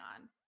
on